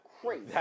crazy